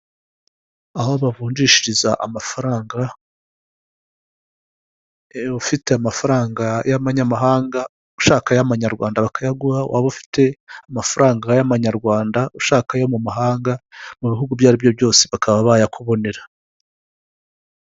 Aho bavunjishiriza amafaranga, ufite amafaranga y'abamanyamahanga ushaka ay'abamanyarwanda bakayaguha, waba ufite amafaranga y'amanyarwanda ushaka ayo mu mahanga, mu bihugu ibyo ari byo byose bakaba bayakubonera.